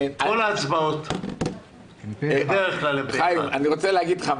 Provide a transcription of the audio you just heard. נצליח להספיק ומה לא.